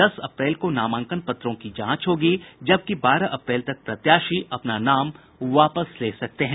दस अप्रैल को नामांकन पत्रों की जांच होगी जबकि बारह अप्रैल तक प्रत्याशी अपना नाम वापस ले सकते हैं